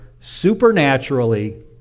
supernaturally